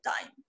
time